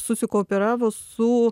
susikooperavo su